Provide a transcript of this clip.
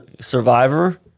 Survivor